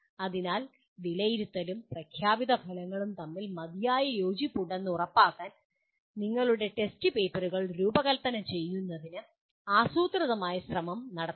അതിനാൽ വിലയിരുത്തലും പ്രഖ്യാപിതഫലങ്ങളും തമ്മിൽ മതിയായ യോജിപ്പ് ഉണ്ടെന്ന് ഉറപ്പാക്കാൻ നിങ്ങളുടെ ടെസ്റ്റ് പേപ്പറുകൾ രൂപകൽപ്പന ചെയ്യുന്നതിന് ആസൂത്രിതമായ ശ്രമം നടത്തണം